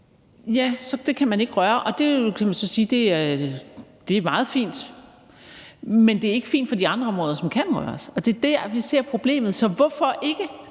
Og det kan man jo så sige er meget fint, men det er ikke fint for de andre områder, som der kan røres ved, og det er der, vi ser problemet. Så hvorfor ikke,